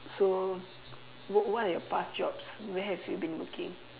so what what are your past jobs where have you been working